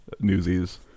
Newsies